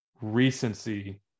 recency